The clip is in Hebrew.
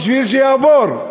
בשביל לעבור,